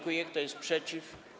Kto jest przeciw?